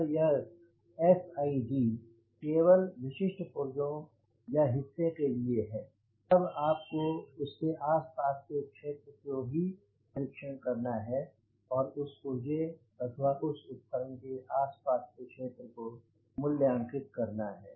अगर यह SID केवल विशिष्ट पुर्जे या हिस्से के लिए है तब आपको उसके आसपास के क्षेत्र को ही परीक्षण करना है और उस पुर्जे अथवा उस उपकरण के आस पास के क्षेत्र को मूल्यांकित करना है